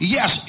Yes